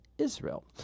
Israel